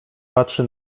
patrzy